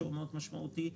שהוא משמעותי מאוד,